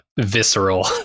visceral